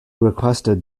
requested